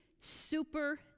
super